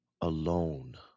Alone